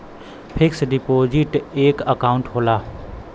fix deposit एक account होला